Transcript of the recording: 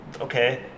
Okay